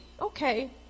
okay